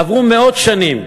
עברו מאות שנים,